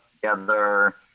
together